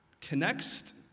connects